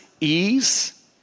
ease